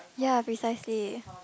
ya precisely